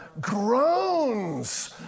groans